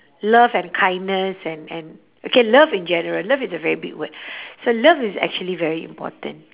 love and kindness and and okay love in general love is a very big word so love is actually very important